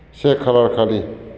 से खालार खालि